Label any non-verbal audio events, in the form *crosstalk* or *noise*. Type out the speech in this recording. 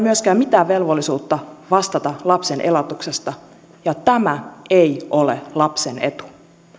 *unintelligible* myöskään mitään velvollisuutta vastata lapsen elatuksesta ja tämä ei ole lapsen etu